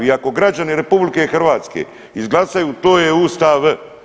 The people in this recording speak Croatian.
I ako građani RH izglasaju to je Ustav.